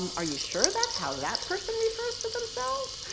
are you sure that's how that person refers to themselves?